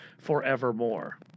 forevermore